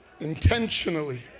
intentionally